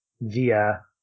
via